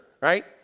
right